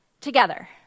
together